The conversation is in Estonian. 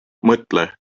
mõtle